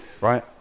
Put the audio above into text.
right